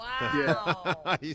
Wow